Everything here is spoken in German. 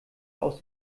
aus